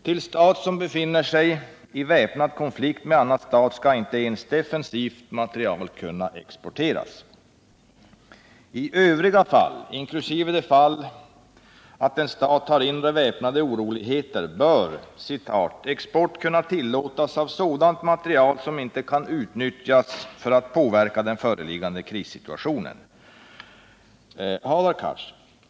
Till stat som befinner sig i väpnad konflikt med annan stat skall inte ens defensiv materiel kunna exporteras. I övriga fall, inkl. det fall där en stat har inre väpnade oroligheter, bör export kunna tillåtas av ”sådan materiel som inte kan utnyttjas för att påverka den föreliggande krissituationen”. Hadar Cars!